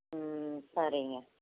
ம் சரிங்க